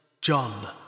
John